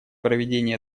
проведении